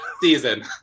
season